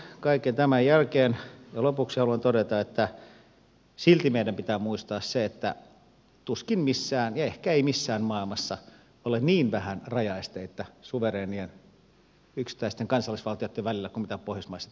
kaiken tämän jälkeen ja lopuksi haluan todeta että silti meidän pitää muistaa se että tuskin missään ja ehkä ei missään maailmassa ole niin vähän rajaesteitä yksittäisten suvereenien kansallisvaltioitten välillä kuin pohjoismaissa tällä hetkellä on